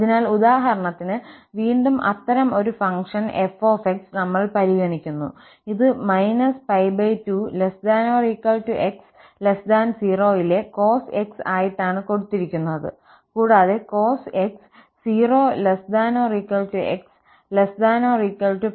അതിനാൽ ഉദാഹരണത്തിന് വീണ്ടും അത്തരം ഒരു ഫംഗ്ഷൻ f നമ്മൾ പരിഗണിക്കുന്നു ഇത് − 2≤ x 0 യിലെ − cos x ആയിട്ടാണ് കൊടുത്തിരിക്കുന്നത് കൂടാതെ cos x 0 ≤ x ≤ 2ലും